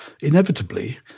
inevitably